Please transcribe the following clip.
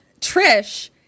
Trish